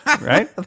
Right